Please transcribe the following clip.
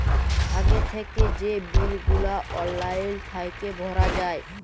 আগে থ্যাইকে যে বিল গুলা অললাইল থ্যাইকে ভরা যায়